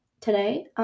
today